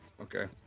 okay